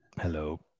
Hello